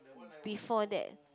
before that